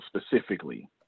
specifically